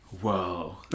whoa